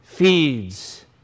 feeds